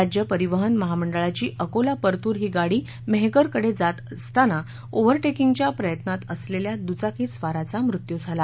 राज्य परीवहन महामंडळाची अकोला परत्र ही गाडी मेहकरकडे जात असतांना ओव्हरटेकिंगच्या प्रयत्नात असलेल्या दुचाकी स्वाराचा मृत्यू झाला